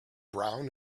brown